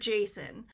Jason